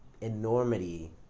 enormity